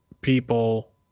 people